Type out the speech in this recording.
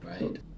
Right